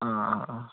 ആ ആ ആ